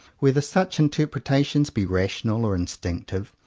whether such interpretations be rational or instinc tive,